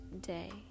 day